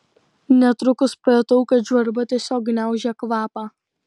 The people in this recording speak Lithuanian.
netrukus pajutau kad žvarba tiesiog gniaužia kvapą